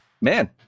man